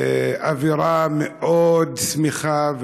באווירה מאוד שמחה,